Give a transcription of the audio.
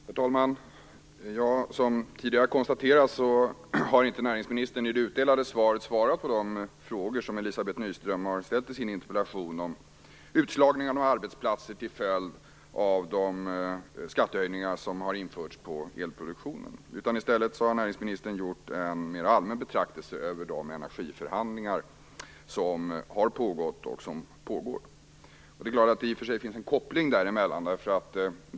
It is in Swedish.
Herr talman! Som tidigare har konstaterats har inte näringsministern i det utdelade svaret svarat på de frågor som Elizabeth Nyström har ställt i sin interpellation om utslagningen av arbetsplatser till följd av de skattehöjningar som har införts på elproduktionen. I stället har näringsministern gjort en mer allmän betraktelse över de energiförhandlingar som pågår. Det finns ju i och för sig en koppling däremellan.